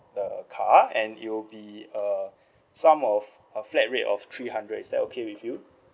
the car and it'll be uh sum of a flat rate of three hundred is that okay with you